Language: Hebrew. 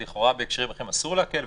אז לכאורה בהקשרים אחרים אסור להקל,